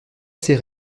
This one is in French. ces